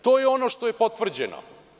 To je ono što je potvrđeno.